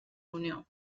unió